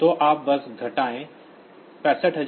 तो आप बस घटाएं 65536 n